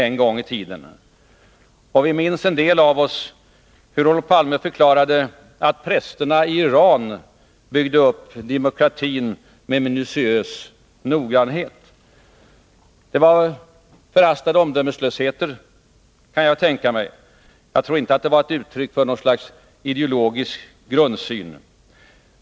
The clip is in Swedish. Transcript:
Och en del av oss minns hur Olof Palme förklarade att prästerna i Iran byggde upp demokratin med minutiös noggrannhet. Det var förhastad omdömeslöshet kan jag tänka mig — jag tror inte att det var uttryck för en ideologisk grundsyn.